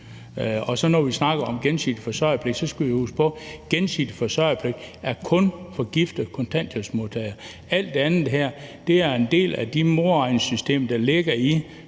jo. Når vi snakker om gensidig forsørgerpligt, skal vi huske på, at gensidig forsørgerpligt kun er for gifte kontanthjælpsmodtagere. Alt det andet her er en del af de modregningssystemer, der ligger i